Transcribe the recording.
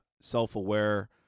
self-aware